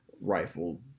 rifle